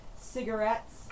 cigarettes